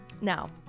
now